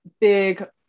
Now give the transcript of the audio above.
big